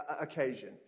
occasion